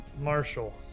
marshall